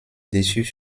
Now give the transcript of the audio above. dessus